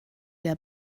der